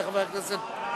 אני בעד.